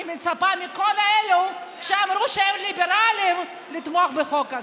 אני מצפה מכל אלו שאמרו שהם ליברלים לתמוך בחוק הזה.